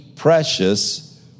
Precious